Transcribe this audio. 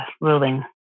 ruling